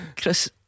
Chris